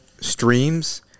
streams